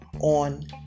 on